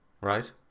Right